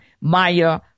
Maya